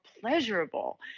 pleasurable